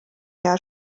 jahr